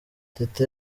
teta